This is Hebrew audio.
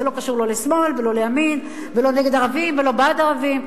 זה לא קשור לא לשמאל ולא לימין ולא נגד ערבים ולא בעד ערבים.